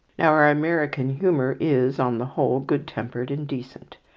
now our american humour is, on the whole, good-tempered and decent.